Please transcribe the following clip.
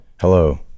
Hello